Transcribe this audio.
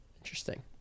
interesting